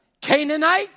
Canaanite